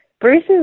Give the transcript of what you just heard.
Bruce